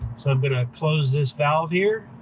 so i'm gonna close this valve here